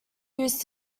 used